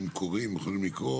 אם הם קורים הם יכולים לקרות